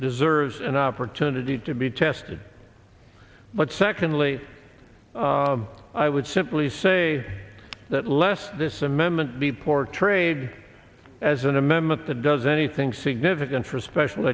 deserves an opportunity to be tested but secondly i would simply say that less this amendment be portrayed as an amendment that does anything significant for special